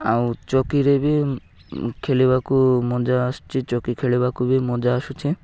ଆଉ ଚକିରେ ବି ଖେଳିବାକୁ ମଜା ଆସୁଛି ଚକି ଖେଳିବାକୁ ବି ମଜା ଆସୁଛି